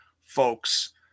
folks